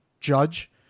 Judge